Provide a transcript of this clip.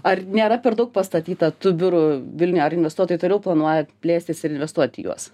ar nėra per daug pastatyta tų biurų vilniuje ar investuotojai toliau planuoja plėstis ir investuot į juos